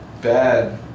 bad